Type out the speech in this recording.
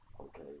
Okay